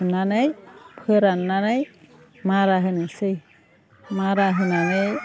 फुनानै फोराननानै मारा होनोसै मारा होनानै